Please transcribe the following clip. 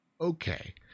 okay